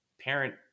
parent